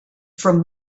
from